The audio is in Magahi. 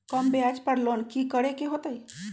कम ब्याज पर लोन की करे के होतई?